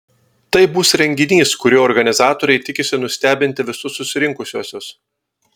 tai bus renginys kuriuo organizatoriai tikisi nustebinti visus susirinkusiuosius